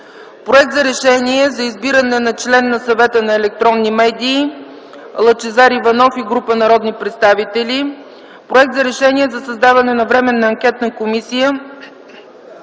Проект за Решение за избиране на член на Съвета за електронни медии. Вносители са Лъчезар Иванов и група народни представители. Проект за Решение за създаване на Временна анкетна комисия